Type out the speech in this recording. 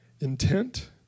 Intent